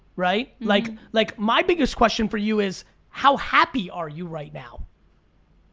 right? like like my biggest question for you is how happy are you right now?